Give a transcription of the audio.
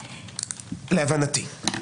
להבנתי.